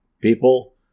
people